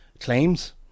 claims